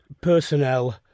personnel